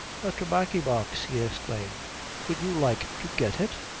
a tobaccy-box, he exclaimed would you like to get it?